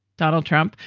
donald trump,